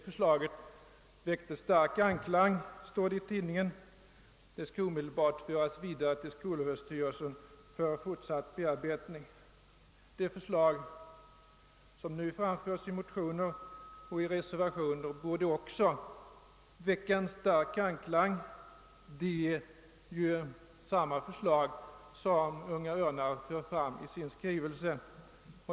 Förslaget väckte stark anklang, står det i tidningen, och skall omedelbart föras vidare till skolöverstyrelsen för fortsatt bearbetning. Ja, det förslag som här framställs i motioner och reservation borde också väcka stark anklang; det är ju samma förslag som det Unga örnar för fram i sin skrivelse.